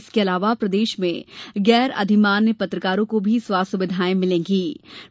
इसके अलावा मध्यप्रदेश में गैर अभिमान्य पत्रकारों को भी स्वास्थ्य सुविधाएं मिलेंगीं